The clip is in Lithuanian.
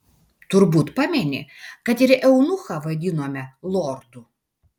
turbūt pameni kad ir eunuchą vadinome lordu